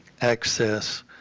access